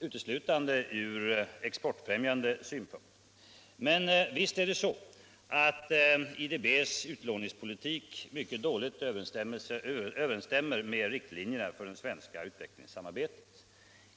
uteslutande ur exportfrämjande synpunkt. Men visst är det så att IDB:s utlåningspolitik mycket dåligt stämmer med riktlinjerna för det svenska utvecklingssamarbetet.